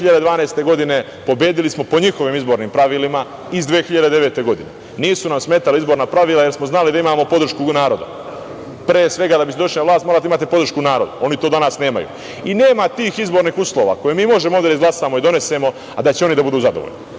2012. godine pobedili smo po njihovim izbornim pravilima iz 2009. godine. Nisu nam smetala izborna pravila jer smo znali da imamo podršku naroda. Pre svega da biste došli na vlast morate da imate podršku naroda, oni to danas nemaju i nema tih izbornih uslova koje mi možemo ovde da izglasamo i donesemo, a da će oni da budu zadovoljni